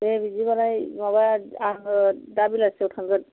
दे बिदिब्लालाय माबा आङो दा बेलासियाव थांगोन